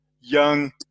young